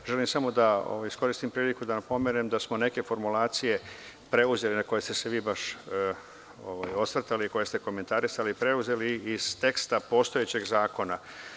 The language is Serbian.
Želim samo daiskoristim priliku da napomenem da smo neke formulacije na koje ste se vi baš osvrtali i koje ste komentarisali preuzeli iz teksta postojećeg zakona.